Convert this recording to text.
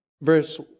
verse